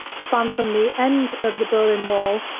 span from the end of the berlin wall,